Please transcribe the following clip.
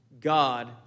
God